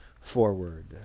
forward